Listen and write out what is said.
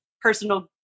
personal